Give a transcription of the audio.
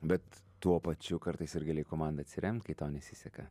bet tuo pačiu kartais ir gali į komandą atsiremt kai tau nesiseka